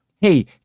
Hey